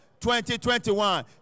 2021